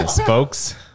folks